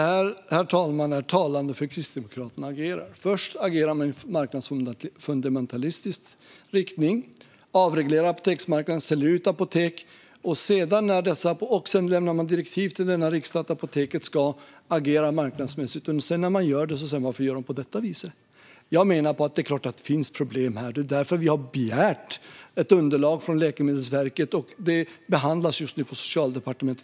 Herr talman! Detta är talande för hur Kristdemokraterna agerar. Först agerar man i marknadsfundamentalistisk riktning. Man avreglerar apoteksmarknaden, säljer ut apotek och lämnar genom riksdagen direktiv om att Apoteket AB ska agera marknadsmässigt. När Apoteket AB sedan gör det frågar man: Varför gör de på detta viset? Det är klart att det finns problem här. Det är därför vi har begärt ett underlag från Läkemedelsverket. Det behandlas just nu på Socialdepartementet.